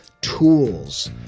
tools